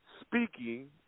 speaking